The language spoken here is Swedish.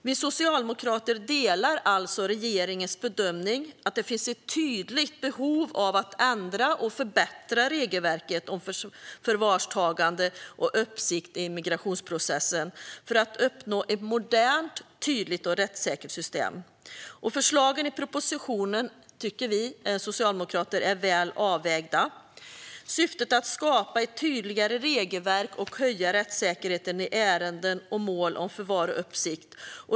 Vi socialdemokrater delar alltså regeringens bedömning att det finns ett tydligt behov av att ändra och förbättra regelverket om förvarstagande och uppsikt i migrationsprocessen för att uppnå ett modernt, tydligt och rättssäkert system. Förslagen i propositionen tycker vi socialdemokrater är väl avvägda. Syftet är att skapa ett tydligare regelverk och höja rättssäkerheten i ärenden och mål om förvar och uppsikt.